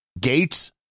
gates